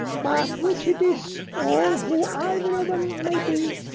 but which it is, or who either of em may be,